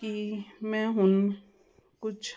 ਕਿ ਮੈਂ ਹੁਣ ਕੁਛ